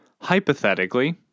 Hypothetically